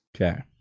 Okay